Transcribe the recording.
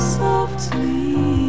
softly